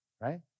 Right